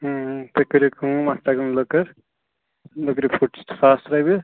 تُہۍ کٔرِو کٲم اَتھ لَگن لٔکٕر لٔکرِ فُٹ چھِ ساس رۄپیہِ